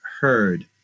heard